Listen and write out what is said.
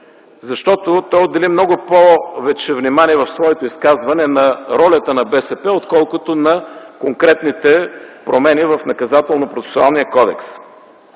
Защото той отдели много повече внимание в своето изказване на ролята на БСП, отколкото на конкретните промени в Наказателно-процесуалния кодекс.